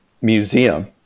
museum